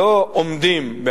לא אומדים,